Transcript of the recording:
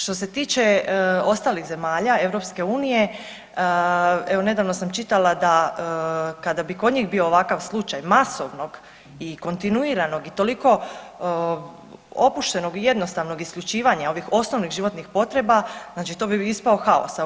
Što se tiče ostalih zemalja EU evo nedavno sam čitala da kada bi kod njih bio ovakav slučaj masovnog i kontinuiranog i toliko opuštenog i jednostavnog isključivanja ovih osnovnih životnih potreba znači to bi ispao haos.